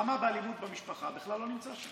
המלחמה באלימות במשפחה בכלל לא נמצאת שם.